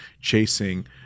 chasing